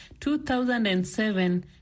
2007